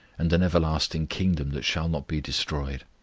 and an everlasting kingdom that shall not be destroyed.